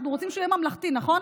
אנחנו רוצים שהוא יהיה ממלכתי, נכון?